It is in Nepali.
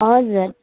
हजुर